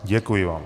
Děkuji vám.